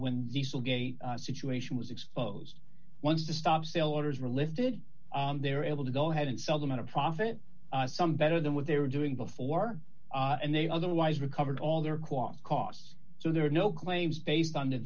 when diesel gate situation was exposed once to stop sale orders were lifted they're able to go ahead and sell them at a profit some better than what they were doing before and they otherwise recovered all their quasi costs so there are no claims based on the